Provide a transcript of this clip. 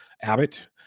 Abbott